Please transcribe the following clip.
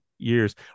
years